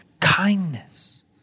kindness